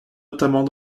notamment